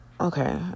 okay